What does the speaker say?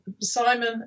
Simon